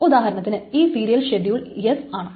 ദാ ഉദാഹരണത്തിന് ഈ സീരിയൽ ഷെഡ്യൂൾ S ആണ്